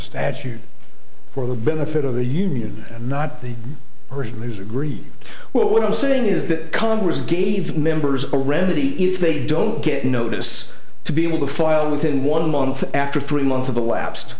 statute for the benefit of the union not the person who's agree well what i'm saying is that congress gave members already if they don't get notice to be able to file within one month after three months of elapsed